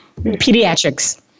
pediatrics